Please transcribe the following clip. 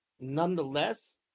Nonetheless